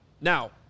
Now